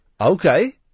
Okay